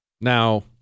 Now